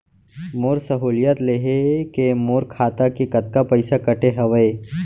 मोर सहुलियत लेहे के मोर खाता ले कतका पइसा कटे हवये?